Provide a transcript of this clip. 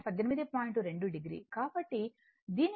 కాబట్టి దీని అర్థం y 11